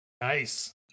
nice